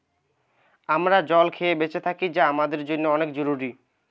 আমরা জল খেয়ে বেঁচে থাকি যা আমাদের জন্যে অনেক জরুরি